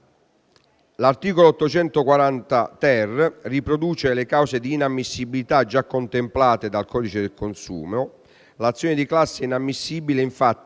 L'articolo 840-*ter* riproduce le cause di inammissibilità già contemplate dal codice del consumo. L'azione di classe è inammissibile infatti